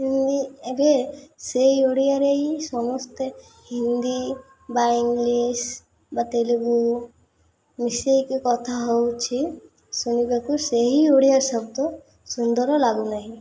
ହିନ୍ଦୀ ଏବେ ସେଇ ଓଡ଼ିଆରେ ହିଁ ସମସ୍ତେ ହିନ୍ଦୀ ବା ଇଂଲିଶ ବା ତେଲୁଗୁ ମିଶେଇକି କଥା ହେଉଛି ଶୁଣିବାକୁ ସେହି ଓଡ଼ିଆ ଶବ୍ଦ ସୁନ୍ଦର ଲାଗୁନାହିଁ